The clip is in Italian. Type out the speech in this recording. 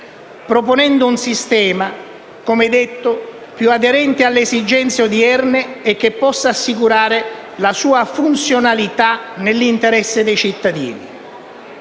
proponendo un sistema più aderente alle esigenze odierne e che possa assicurare la sua funzionalità nell'interesse dei cittadini.